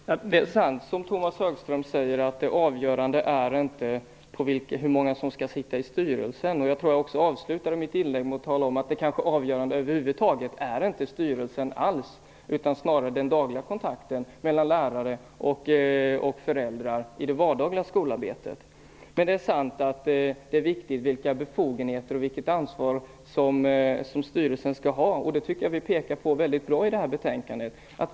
Fru talman! Det är sant som Tomas Högström säger. Det avgörande är inte hur många som skall sitta i styrelserna. Jag tror att jag också avslutade mitt inlägg med att tala om att det avgörande kanske över huvud taget inte alls är styrelserna, utan snarare den dagliga kontakten mellan lärare och föräldrar i det vardagliga skolarbetet. Det är sant att det är viktigt att veta vilka befogenheter och vilket ansvar styrelserna skall ha. Jag tycker att vi väldigt tydligt pekar på det i betänkandet.